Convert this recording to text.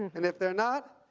and if they're not,